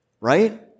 right